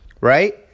right